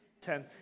ten